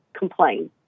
complain